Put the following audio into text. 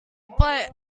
but